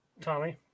tommy